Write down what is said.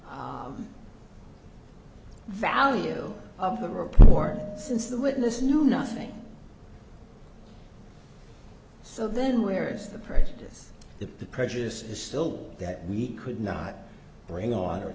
value of the report since the witness knew nothing so then where's the prejudice the prejudice is still that we could not bring on or at